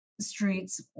streets